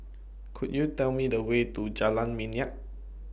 Could YOU Tell Me The Way to Jalan Minyak